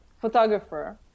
photographer